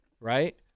right